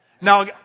Now